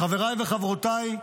חבריי וחברותיי,